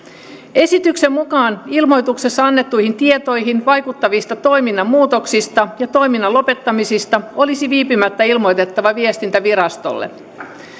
esityksen mukaan ilmoituksessa annettuihin tietoihin vaikuttavista toiminnan muutoksista ja toiminnan lopettamisista olisi viipymättä ilmoitettava viestintävirastolle